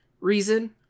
reason